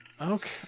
Okay